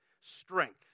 strength